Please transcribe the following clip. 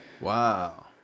Wow